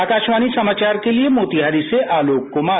आकाशवाणी समाचार के लिए मोतिहारी से आलोक कुमार